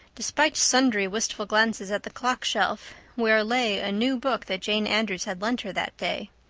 despite sundry wistful glances at the clock shelf, where lay a new book that jane andrews had lent her that day.